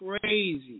crazy